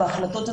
בהחלטות,